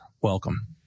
welcome